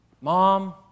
Mom